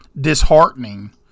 disheartening